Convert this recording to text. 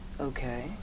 Okay